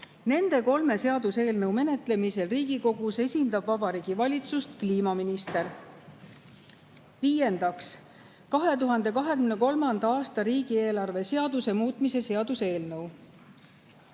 Nende kolme seaduseelnõu menetlemisel Riigikogus esindab Vabariigi Valitsust kliimaminister. Viiendaks, 2023. aasta riigieelarve seaduse muutmise seaduse eelnõu.